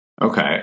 okay